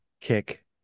kick